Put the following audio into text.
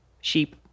sheep